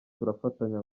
turafatanya